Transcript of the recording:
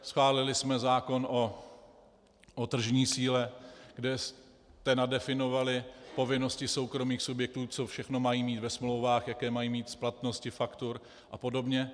Schválili jsme zákon o tržní síle, kde jste nadefinovali povinnost soukromých subjektů, co všechno mají mít ve smlouvách, jaké mají mít splatnosti faktur apod.